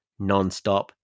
nonstop